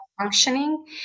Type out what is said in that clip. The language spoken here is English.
functioning